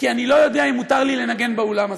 כי אני לא יודע אם מותר לי לנגן באולם הזה.